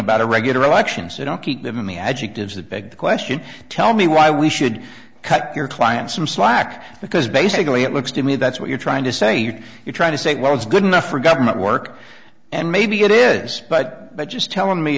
about irregular elections they don't keep them in the adjectives that beg the question tell me why we should cut your client some slack because basically it looks to me that's what you're trying to say you're trying to say well it's good enough for government work and maybe it is but by just telling me